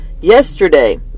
Yesterday